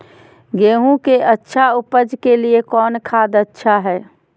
गेंहू के अच्छा ऊपज के लिए कौन खाद अच्छा हाय?